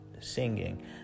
singing